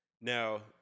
Now